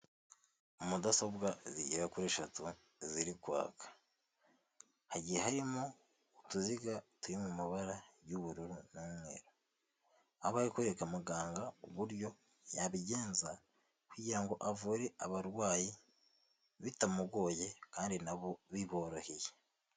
Mudasobwa zigera kuri eshatu ziri kwaka hagiye harimo utuziga turi mu mabara y'ubururu n'umweru abari kwereka muganga uburyo yabigenza kugira ngo avure abarwayi bitamugoye kandi nabo biboroheye.